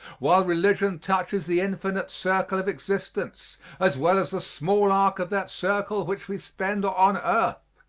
while religion touches the infinite circle of existence as well as the small arc of that circle which we spend on earth.